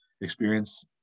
experience